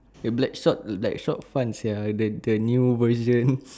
the Blackshot Blackshot fun sia the the new version